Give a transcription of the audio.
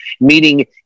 meeting